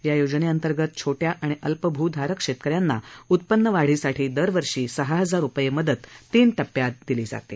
या योजनेअंतर्गत छोट्या आणि अल्पभूधारक शेतकऱ्यांना उत्पन्नवाढीसाठी दरवर्षी सहा हजार रुपये मदत तीन टप्प्यात दिली जाते